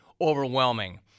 overwhelming